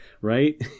right